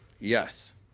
Yes